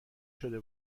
شده